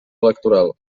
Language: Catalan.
electoral